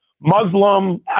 Muslim